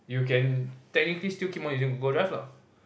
you can technically still keep on using Google Drive lah